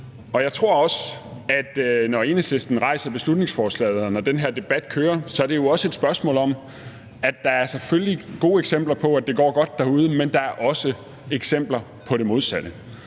Jeg tror også, at det, når Enhedslisten rejser beslutningsforslaget, og når den her debat kører, jo så er et spørgsmål om, at der selvfølgelig er gode eksempler på, at det går godt derude, men at der også er eksempler på det modsatte.